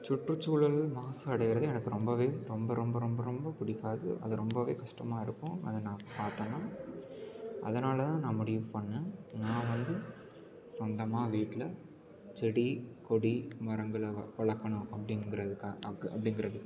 சுற்றுச்சூழல் மாசடைவது எனக்கு ரொம்ப ரொம்ப ரொம்ப ரொம்ப ரொம்ப பிடிக்காது அது ரொம்ப கஷ்டமாக இருக்கும் அதனால் பார்த்தேன்னா அதனால் தான் நான் முடிவு பண்ணேன் நான் வந்து சொந்தமாக வீட்டில் செடி கொடி மரங்களை வ வளர்க்கணும் அப்டிங்கிறதுக்காக அப்டிங்கிறது